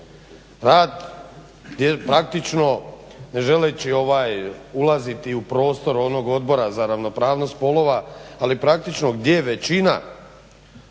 gdje praktično ne želeći ulaziti u prostor onog Odbora za ravnopravnost spolova. Ali praktično gdje većina